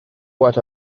what